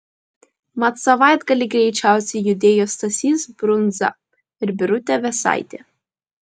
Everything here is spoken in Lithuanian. mat savaitgalį greičiausiai judėjo stasys brunza ir birutė vėsaitė